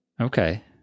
Okay